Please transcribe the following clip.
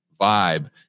vibe